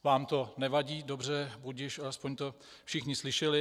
Vám to nevadí, dobře, budiž, alespoň to všichni slyšeli.